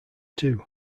two